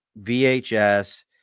VHS